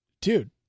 Dude